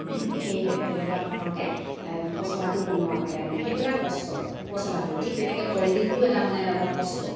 সেয়েহে তেনেকুৱা ধৰণৰকৈ পচলাটো বনোৱা হয় তাৰমানে সেইটো এটা কষ্ট পচলাটো ঠিক তেনেকৈ কলদিলটোও এটা মানে অলপ কষ্ট